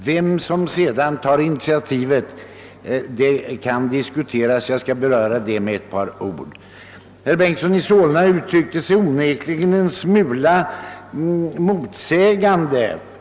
Vem som sedan bör ta initiativet kan diskuteras, och jag skall beröra den saken med ett par ord. Herr Bengtson i Solna uttryckte sig onekligen en smula motsägelsefullt.